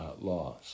laws